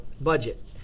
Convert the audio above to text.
budget